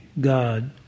God